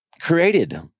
created